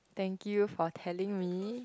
thank you for telling me